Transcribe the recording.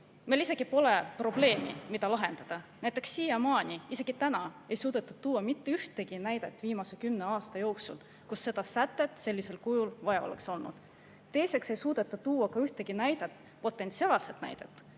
meil isegi pole probleemi, mida lahendada. Näiteks siiamaani [ei ole toodud], isegi täna ei suudetud tuua mitte ühtegi näidet viimase kümne aasta kohta, kui seda sätet oleks sellisel kujul vaja olnud. Teiseks ei suudeta tuua ka ühtegi potentsiaalset näidet,